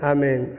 Amen